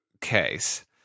case